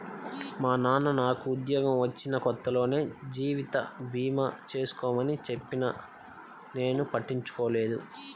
మా నాన్న నాకు ఉద్యోగం వచ్చిన కొత్తలోనే జీవిత భీమా చేసుకోమని చెప్పినా నేను పట్టించుకోలేదు